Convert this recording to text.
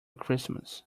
christmas